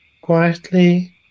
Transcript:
quietly